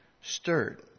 stirred